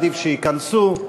עדיף שייכנסו,